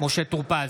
משה טור פז,